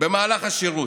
במהלך השירות.